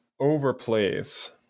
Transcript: overplays